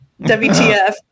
WTF